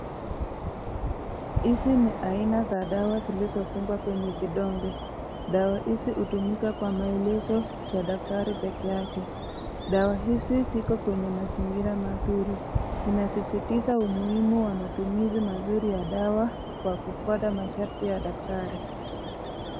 Hizi ni aina za dawa zilizo fungwa kwenye vidonge , dawa hizi hutumika kwa maelezo ya daktari peke yake. Dawa hizi ziko kwenye mazingira mazuri, inasisitiza umuhimu ya matumizi mzuri ya madawa kwa kufuata masharti ta daktari.